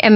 M